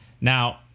now